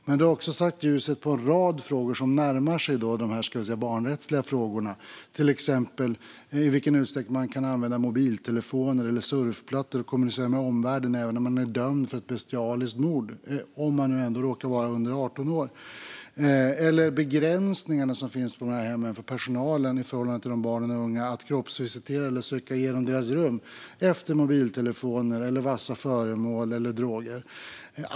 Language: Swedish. Detta har också satt ljuset på en rad frågor som närmar sig de barnrättsliga frågorna, till exempel i vilken utsträckning man kan använda mobiltelefoner eller surfplattor och kommunicera med omvärlden även om man är dömd för ett bestialiskt mord och man råkar vara under 18 år. Det handlar också om de begränsningar som finns för personalen på dessa hem i förhållanden till barn och unga när det gäller att kroppsvisitera dem eller söka igenom deras rum efter mobiltelefoner, vassa föremål eller droger.